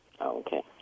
Okay